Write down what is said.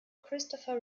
christopher